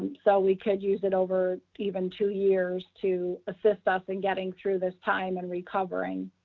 and so we could use it over even two years to assist us in getting through this time and recovering.